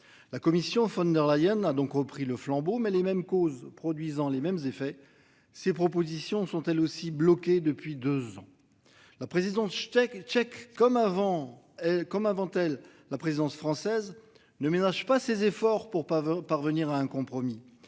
La Commission von der Leyen a donc repris le flambeau, mais les mêmes causes produisant les mêmes effets. Ces propositions sont elles aussi bloquées depuis 2 ans. La présidence tchèque Czech comme avant. Comme avant elle, la présidence française ne ménage pas ses efforts pour pas parvenir à un compromis